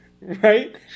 right